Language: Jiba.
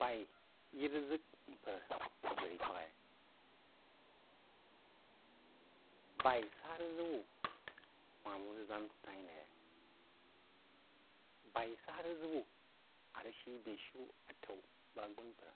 B’aí yí rəg ʒək mpər dōd rí fak-ī? B’ai sa rəg ʒək wu hwai-nwú rəg ʒān p’ai-n rí? B’aí sá rəg ʒə wú a rəg shī bē-shib atai bá agūn mpər?